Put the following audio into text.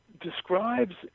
describes